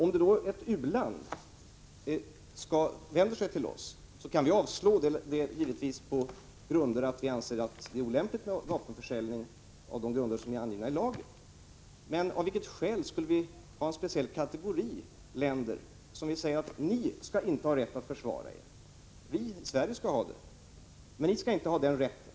Men om ett u-land vänder sig till oss i en fråga som den vi nu diskuterar, skulle vi enligt Alf Svensson avslå en ansökan om vapenförsäljning och säga att den är olämplig på de grunder som är angivna i lagen. Av vilket skäl skulle vi i sådana här frågor ha speciella kategorier av länder? Skulle vi säga till dem: Ni skall inte ha rätt att försvara er. Vi i Sverige skall ha det, men ni skall inte ha den rätten.